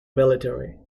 military